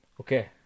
Okay